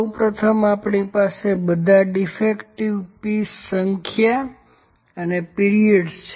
સૌ પ્રથમ આપણી પાસે બધા ડીફેક્ટિવ પીસ સંખ્યા અને પીરિયડ છે